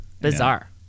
bizarre